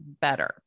better